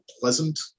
pleasant